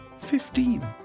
Fifteen